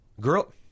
Girl